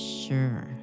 sure